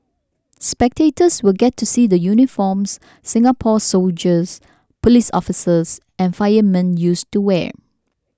spectators will get to see the uniforms Singapore's soldiers police officers and firemen used to wear